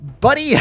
buddy